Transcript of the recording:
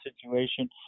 situation